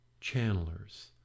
channelers